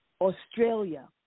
Australia